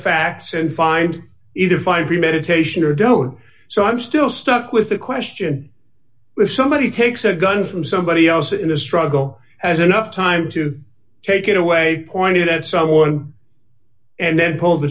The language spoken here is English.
facts and find either five be meditation or don't so i'm still stuck with the question if somebody takes a gun from somebody else in a struggle has enough time to take it away pointed at someone and then pull the